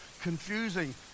confusing